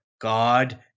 God